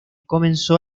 comenzó